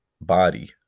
body